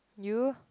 you